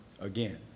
again